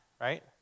right